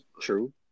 true